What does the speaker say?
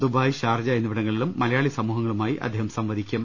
Dubai Sharjah എന്നിവിടങ്ങളിലും മലയാളി സമൂഹങ്ങളു മായി അദ്ദേഹം സംവദിക്കും